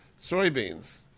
soybeans